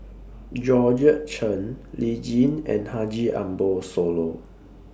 Georgette Chen Lee Tjin and Haji Ambo Sooloh